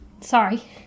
Sorry